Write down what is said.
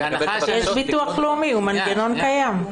יש ביטוח לאומי, מנגנון קיים.